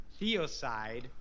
theocide